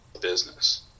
business